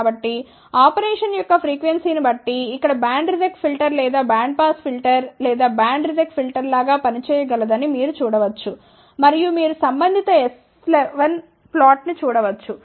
కాబట్టి ఆపరేషన్ యొక్క ఫ్రీక్వెన్సీ ని బట్టి ఇక్కడ బ్యాండ్ రిజెక్ట్ ఫిల్టర్ లేదా బ్యాండ్ పాస్ ఫిల్టర్ లేదా బ్యాండ్ రిజెక్ట్ ఫిల్టర్గా పనిచేయగలదని మీరు చూడ వచ్చు మరియు మీరు సంబంధిత S11 ప్లాట్ను చూడ వచ్చు